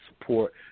support